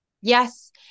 Yes